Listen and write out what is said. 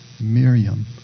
Miriam